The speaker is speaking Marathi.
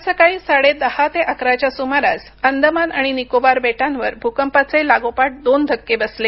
आज सकाळी साडेदहा ते अकाराच्या सुमारास अंदमान आणि निकोबार बेटांवर भूकंपाचे लागोपाठ दोन धक्के बसले